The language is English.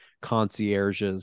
concierges